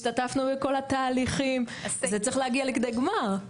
השתתפנו בכל התהליכים זה צריך להגיע לידי גמר.